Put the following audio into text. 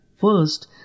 First